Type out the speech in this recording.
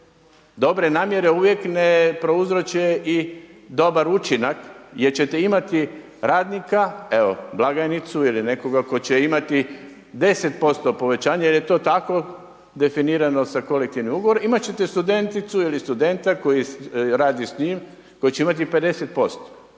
dobre namjere uvijek ne prouzroče i dobar učinak jer ćete imati radnika, evo blagajnicu ili nekoga tko će imati 10% povećanje jer je to tako definirano sa kolektivnim ugovorom imat ćete studenticu ili studenta koji radi s njim, koji će imati 50%.